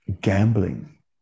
Gambling